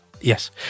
yes